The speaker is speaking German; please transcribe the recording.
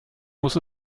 muss